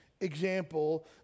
example